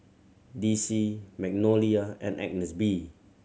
D C Magnolia and Agnes B